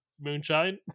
Moonshine